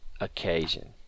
occasion